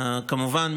כמובן,